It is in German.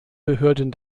behörden